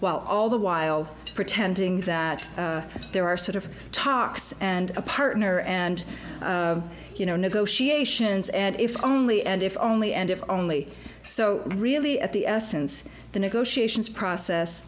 while all the while pretending that there are sort of talks and a partner and you know negotiations and if only end if only end if only so really at the essence the negotiations process